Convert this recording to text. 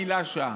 מילה שם.